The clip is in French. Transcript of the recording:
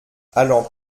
allant